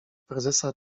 prezesa